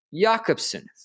Jakobsen